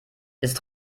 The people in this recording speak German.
ist